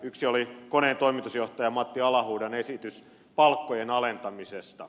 yksi oli koneen toimitusjohtajan matti alahuhdan esitys palkkojen alentamisesta